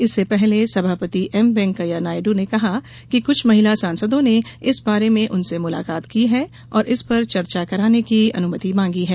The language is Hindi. इससे पहले सभापति एम वेंकैया नायडू ने कहा कि कुछ महिला सांसदों ने इस बारे में उनसे मुलाकात की है और इस पर चर्चा कराने की अनुमति मांगी है